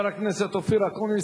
לחבר הכנסת אופיר אקוניס.